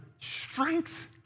strength